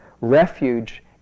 refuge